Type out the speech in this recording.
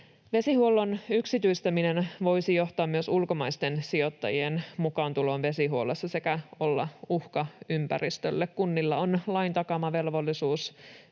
Vesihuollon yksityistäminen voisi johtaa myös ulkomaisten sijoittajien mukaantuloon vesihuollossa sekä olla uhka ympäristölle. Kunnilla on lain takaama velvollisuus